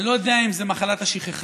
אני לא יודע אם זה מחלת השכחה,